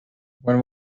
when